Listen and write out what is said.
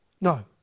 No